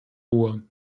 uhr